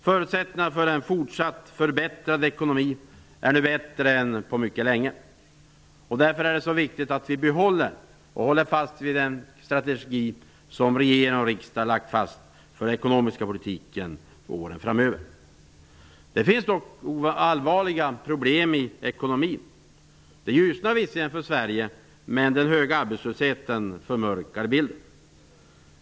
Förutsättningarna för en fortsatt förbättrad ekonomi är nu bättre än på mycket länge. Därför är det så viktigt att vi håller fast vid den strategi som regering och riksdag lagt fast för den ekonomiska politiken för åren framöver. Det finns dock allvarliga problem i ekonomin. Det ljusnar visserligen för Sverige, men den höga arbetslösheten förmörkar bilden.